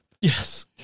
Yes